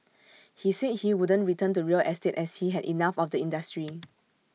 he said he wouldn't return to real estate as he had enough of the industry